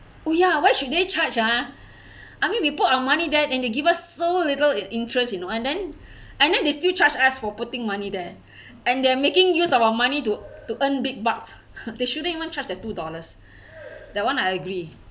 oh ya why should they charge ah I mean we put our money there and they give us so little in interest you know and then and then they still charge us for putting money there and they're making use of our money to to earn big bucks they shouldn't even charge the two dollars that one I agree